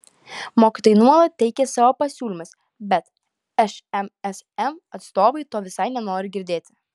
mokytojai nuolat teikia savo pasiūlymus bet šmsm atstovai to visai nenori girdėti